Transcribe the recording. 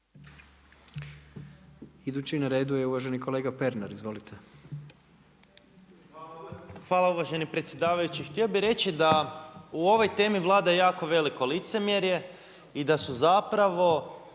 Hvala uvaženi predsjedavajući. Htio bih reći da u ovoj temi vlada jako veliko licemjerje i da su zapravo